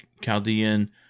Chaldean